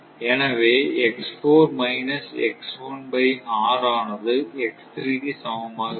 எனவே ஆனது க்கு சமமாக இருக்கும்